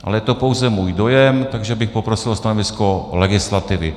Ale je to pouze můj dojem, takže bych poprosil o stanovisko legislativy.